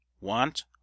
want